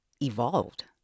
evolved